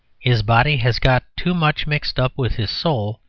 his body has got too much mixed up with his soul,